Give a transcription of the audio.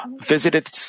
visited